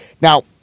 Now